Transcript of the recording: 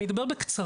אני אדבר בקצרה,